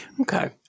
Okay